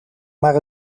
maar